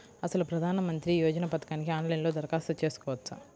అసలు ప్రధాన మంత్రి యోజన పథకానికి ఆన్లైన్లో దరఖాస్తు చేసుకోవచ్చా?